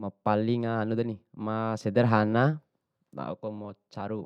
ma paling hanudeni ma sederhana lao pa ma, caru.